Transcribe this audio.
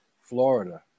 Florida